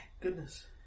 goodness